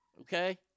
okay